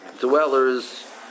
dwellers